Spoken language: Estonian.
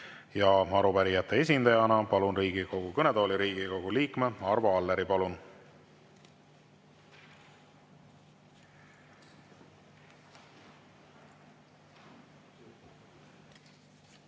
Ja arupärijate esindajana palun Riigikogu kõnetooli Riigikogu liikme Arvo Alleri. Palun!